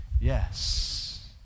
Yes